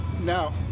now